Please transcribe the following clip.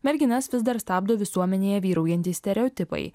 merginas vis dar stabdo visuomenėje vyraujantys stereotipai